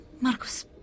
Marcus